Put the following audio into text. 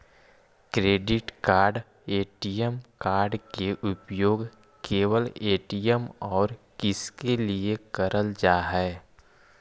Credit card ATM card के उपयोग केवल ए.टी.एम और किसके के लिए करल जा है?